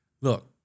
look